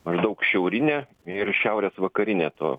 maždaug šiaurinę ir šiaurės vakarinę to